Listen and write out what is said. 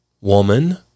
Woman